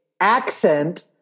accent